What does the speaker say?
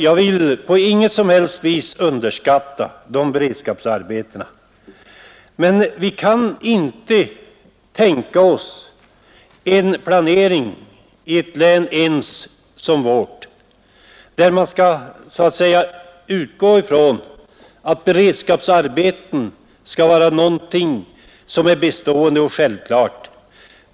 Jag vill på inget som helst vis underskatta de beredskapsarbetena, men vi kan inte ens i ett län som vårt tänka oss en sådan planering att man skall utgå från att beredskapsarbeten ska vara någonting bestående och självklart.